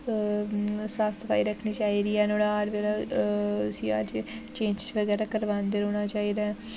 साफ सफाई रखनी चाहिदी ऐ नुहाड़ा हर बेल्लै उसी हर चेंज बगैरा करवांदे रौह्नां चाहिदा ऐ